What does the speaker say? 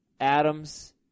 Adams